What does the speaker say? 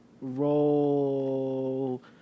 roll